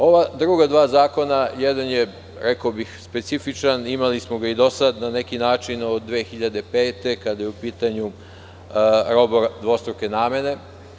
Ova druga dva zakona, jedan je specifičan, imali smo ga i do sada, na neki način, od 2005. godine, kada je u pitanju roba dvostruke namene.